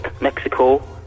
Mexico